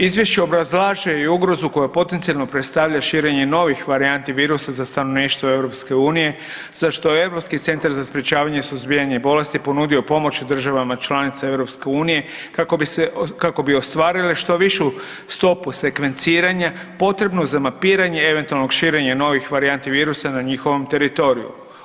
Izvješće obrazlaže i ugrozu koja potencijalno predstavlja širenje novih varijanti virusa za stanovništvo EU za što Europski centar za sprječavanje i suzbijanje bolesti je ponudio pomoć državama članicama EU kako bi se, kako bi ostvarili što višu stopu sekvenciranja potrebnu za mapiranje eventualnog širenja novih varijanti virusa na njihovom teritoriju.